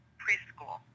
preschool